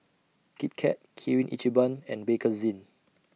Kit Kat Kirin Ichiban and Bakerzin